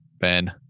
Ben